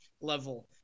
level